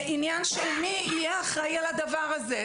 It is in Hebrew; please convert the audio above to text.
על עניין של מי יהיה האחראי על הדבר הזה,